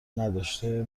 نداشته